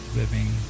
living